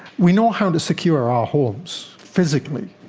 we know how to secure our homes physically.